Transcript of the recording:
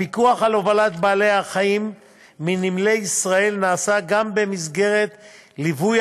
הפיקוח על הובלת בעלי-החיים מנמלי ישראל נעשה גם במסגרת ליווי